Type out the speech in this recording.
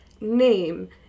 name